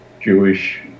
Jewish